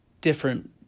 different